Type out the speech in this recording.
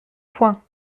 point